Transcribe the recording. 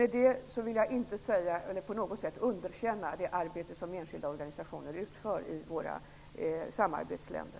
Därmed vill jag inte på något sätt underkänna det arbete som enskilda organisationer utför i våra samarbetsländer.